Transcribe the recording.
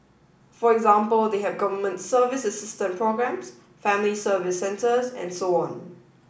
for example they have Government Assistance Programmes Family Service Centres and so on